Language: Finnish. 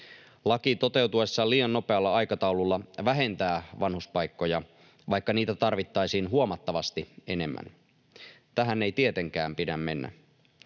Laki toteutuessaan liian nopealla aikataululla vähentää vanhuspaikkoja, vaikka niitä tarvittaisiin huomattavasti enemmän. Tähän ei tietenkään pidä mennä.